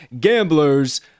gamblers